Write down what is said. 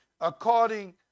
according